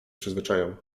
przyzwyczają